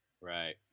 Right